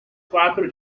quatro